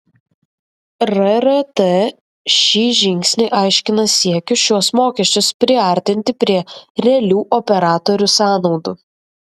rrt šį žingsnį aiškina siekiu šiuos mokesčius priartinti prie realių operatorių sąnaudų